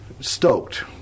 stoked